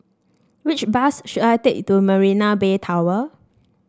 which bus should I take to Marina Bay Tower